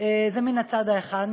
זה מן הצד האחד.